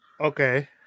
Okay